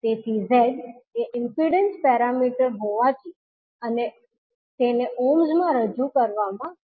તેથી Z એ impedance parameter હોવાથી તેને ઓહ્મ્સ માં રજૂ કરવામાં આવશે